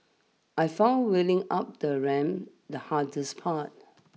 I found wheeling up the ramp the hardest part